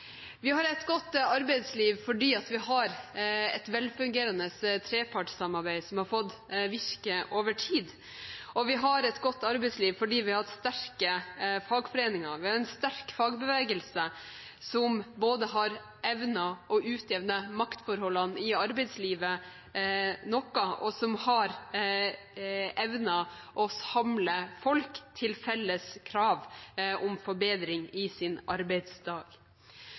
Vi har et godt arbeidsliv fordi vi har et velfungerende trepartssamarbeid som har fått virke over tid, og vi har et godt arbeidsliv fordi vi har hatt sterke fagforeninger. Vi har en sterk fagbevegelse som både har evnet å utjevne maktforholdene i arbeidslivet noe, og som har evnet å samle folk til felles krav om forbedring i deres arbeidsdag.